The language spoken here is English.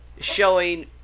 showing